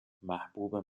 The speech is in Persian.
محبوب